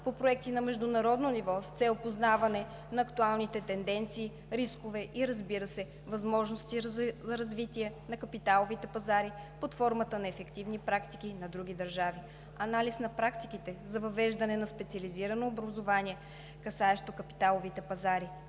по проекти на международно ниво с цел познаване на актуалните тенденции, рискове и, разбира се, възможности за развитие на капиталовите пазари под формата на ефективни практики на други държави; - анализ на практиките за въвеждане на специализирано образование, касаещо капиталовите пазари;